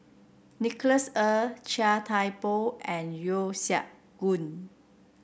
Nicholas Ee Chia Thye Poh and Yeo Siak Goon